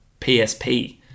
PSP